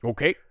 Okay